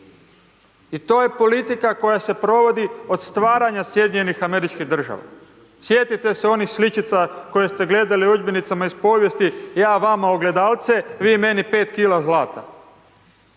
I to je politika koja se provodi od stvaranja SAD-a, sjetite se onih sličica koje ste gledali u udžbenicima iz povijesti, ja vama ogledalce vi meni 5 kila zlata.